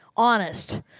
Honest